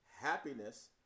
happiness